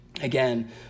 again